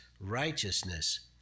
righteousness